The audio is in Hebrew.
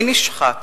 מי נשחק?